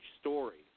story